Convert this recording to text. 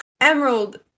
Emerald